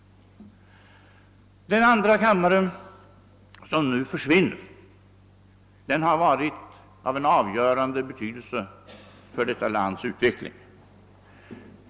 Den andra kammare som nu försvinner har varit av avgörande betydelse för detta lands utveckling.